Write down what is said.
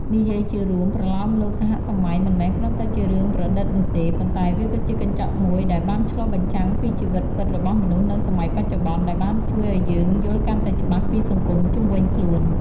និយាយជារួម ប្រលោមលោកសហសម័យមិនមែនគ្រាន់តែជារឿងប្រឌិតនោះទេ ប៉ុន្តែវាគឺជាកញ្ចក់មួយដែលបានឆ្លុះបញ្ចាំងពីជីវិតពិតរបស់មនុស្សនៅសម័យបច្ចុប្បន្ន ដែលបានជួយឲ្យយើងយល់កាន់តែច្បាស់ពីសង្គមជុំវិញខ្លួន។